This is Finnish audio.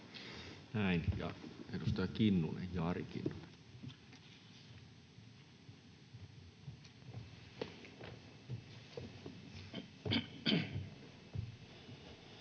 kuin edustaja Kinnunen